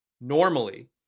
normally